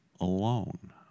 alone